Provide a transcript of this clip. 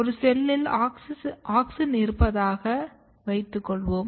ஒரு செல்லில் ஆக்ஸின் இருப்பதாக வைத்துக் கொள்வோம்